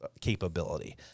capability